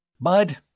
Bud